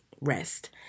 rest